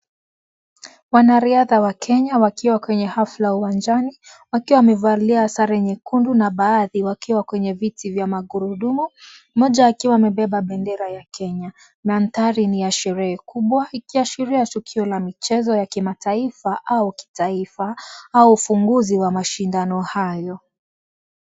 Wanariadha wa Kenya wakiwa kwenye hafla uwanjani. Wakiwa wamevalia sare nyekundu na baadhi wakiwa kwenye viti vya magurudumu. Mmoja akiwa amebeba bendera ya Kenya. Mandhari ni ya sherehe kubwa, ikiashiria tukio la michezo ya kimataifa au kitaifa, au ufunguzi wa mashindano hayo.